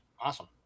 awesome